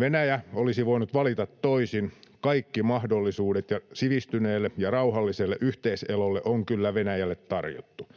Venäjä olisi voinut valita toisin, kaikki mahdollisuudet sivistyneelle ja rauhalliselle yhteiselolle on kyllä Venäjälle tarjottu.